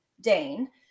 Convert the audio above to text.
Dane